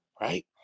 right